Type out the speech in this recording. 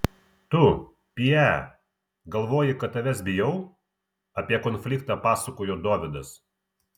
tu py e galvoji kad tavęs bijau apie konfliktą pasakojo dovydas